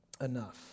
enough